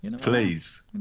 Please